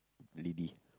lady